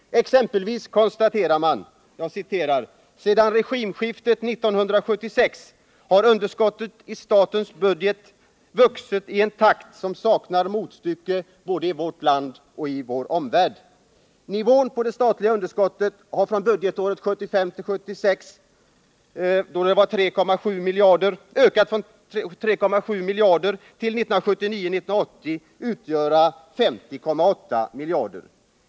Exempelvis konstaterar man att underskottet i statsbudgeten sedan regimskiftet 1976 har vuxit i en takt som saknar motstycke i vårt land och i vår omvärld. Nivån på det statliga budgetunderskottet har från budgetåret 1975 80 ökat från 3,7 miljarder till 50,8 miljarder.